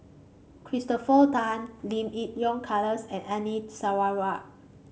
Christopher Tan Lim Yi Yong Charles and Anita Sarawak